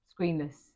screenless